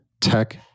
Tech